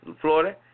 Florida